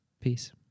Peace